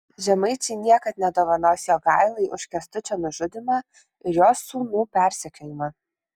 žemaičiai niekad nedovanos jogailai už kęstučio nužudymą ir jo sūnų persekiojimą